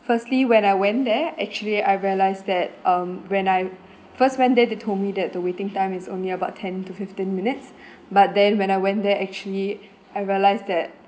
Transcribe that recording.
firstly when I went there actually I realised that um when I first went there they told me that the waiting time is only about ten to fifteen minutes but then when I went there actually I realised that